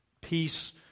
peace